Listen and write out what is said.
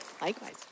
Likewise